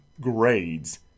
grades